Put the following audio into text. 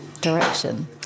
direction